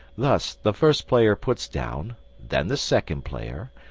thus the first player puts down, then the second player,